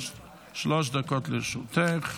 שלוש דקות לרשותך.